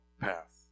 path